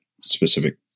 specific